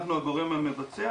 אנחנו הגורם המבצע.